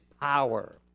power